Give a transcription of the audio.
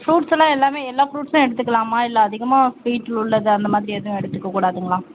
fruits எல்லாம் எல்லாமே எல்லா ஃப்ரூட்ஸ்சும் எடுத்துக்கலாமா இல்லை அதிகமாக ஸ்வீட் உள்ளது அந்த மாதிரி எதுவும் எடுத்துக்க கூடாதுங்களா